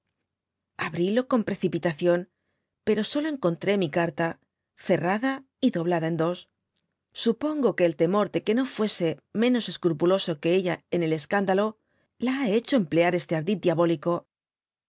abrilo con precipitación pero solo encontré mi carta cerrada y doblada en dos supongo que el temor de que no fuese mdnos escrupuloso que ella en el escándalo la ha hecho emplear este ardid diabólico